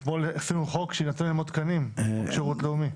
אתמול עשינו חוק שיינתנו להם עוד תקנים בשירות לאומי.